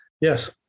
Yes